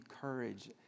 courage